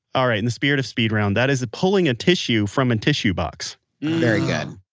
all right. in the spirit of speed round, that is pulling a tissue from a tissue box very good